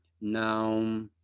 Now